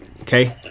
okay